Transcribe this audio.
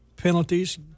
penalties